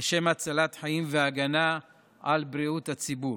לשם הצלת חיים והגנה על בריאות הציבור.